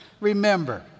remember